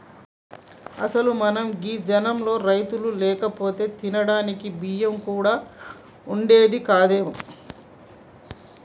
అసలు మన గీ జనంలో రైతులు లేకపోతే తినడానికి బియ్యం కూడా వుండేది కాదేమో